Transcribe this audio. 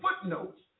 footnotes